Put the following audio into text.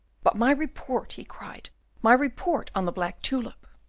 but my report! he cried my report on the black tulip!